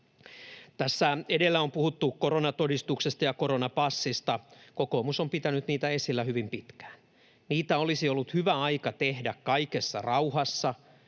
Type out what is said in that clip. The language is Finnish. Tässä edellä on puhuttu koronatodistuksesta ja koronapassista. Kokoomus on pitänyt niitä esillä hyvin pitkään. Niitä olisi ollut hyvin aikaa tehdä kaikessa rauhassa